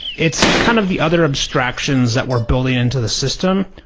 it's kind of the other abstractions that we're building into the system.